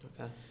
okay